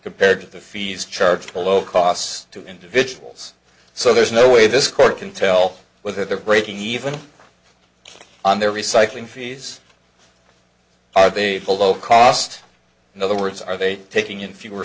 compared to the fees charged below cost to individuals so there's no way this court can tell whether they're breaking even on their recycling fees are they below cost in other words are they taking in fewer